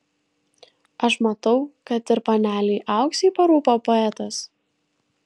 aš matau kad ir panelei auksei parūpo poetas